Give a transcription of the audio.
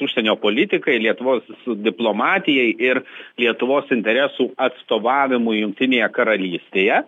užsienio politikai lietuvos diplomatijai ir lietuvos interesų atstovavimui jungtinėje karalystėje